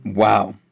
Wow